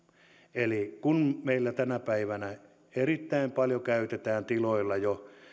eli kun meillä tänä päivänä erittäin paljon käytetään tiloilla jo